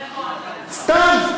סתם.